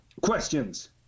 Questions